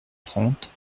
trente